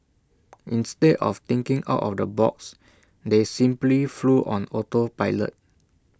instead of thinking out of the box they simply flew on auto pilot